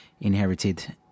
inherited